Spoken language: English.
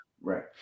Right